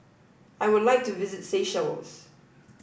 I would like to visit Seychelles